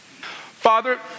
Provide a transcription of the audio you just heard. Father